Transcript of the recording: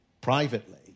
privately